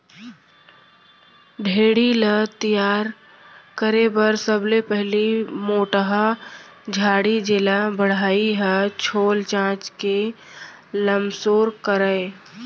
ढेंकी ल तियार करे बर सबले पहिली मोटहा डांड़ी जेला बढ़ई ह छोल चांच के लमसोर करय